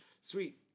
Sweet